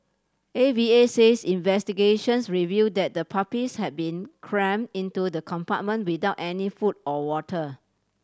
A V A says investigations reveal that the puppies had been cram into the compartment without any food or water